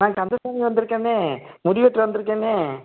நான் கந்தசாமி வந்துருக்கண்ணே முடி வெட்ட வந்துருக்கண்ணே